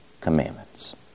commandments